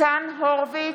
ניצן הורוביץ,